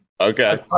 Okay